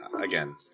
again